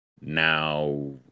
Now